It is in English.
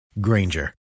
Granger